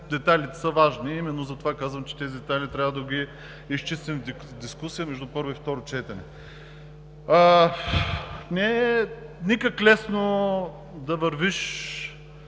детайлите са важни и именно затова казвам, че тези детайли трябва да ги изчистим в дискусия между първо и второ четене. Не е никак лесно да вървиш